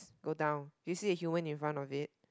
go down do you see a human in front of it